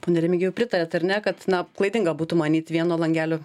pone remigijau pritariat ar ne kad na klaidinga būtų manyt vieno langelio